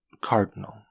cardinal